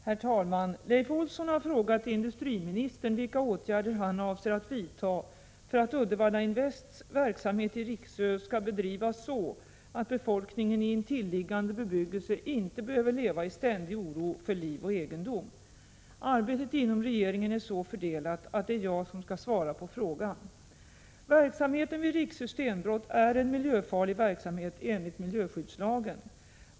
Herr talman! Leif Olsson har frågat industriministern vilka åtgärder han avser att vidta för att Uddevalla Invests verksamhet i Rixö skall bedrivas så att befolkningen i intilliggande bebyggelse inte behöver leva i ständig oro för liv och egendom. Arbetet inom regeringen är så fördelat att det är jag som skall svara på frågan. Verksamheten vid Rixö stenbrott är en miljöfarlig verksamhet enligt miljöskyddslagen.